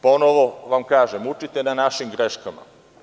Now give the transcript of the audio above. Ponovo vam kažem, učite na našim greškama.